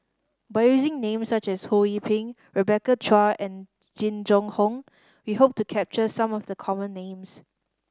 by using names such as Ho Yee Ping Rebecca Chua and Jing Jun Hong we hope to capture some of the common names